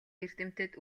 эрдэмтэд